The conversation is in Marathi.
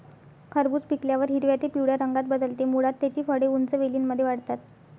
खरबूज पिकल्यावर हिरव्या ते पिवळ्या रंगात बदलते, मुळात त्याची फळे उंच वेलींमध्ये वाढतात